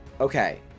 okay